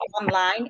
online